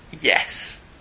Yes